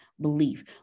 belief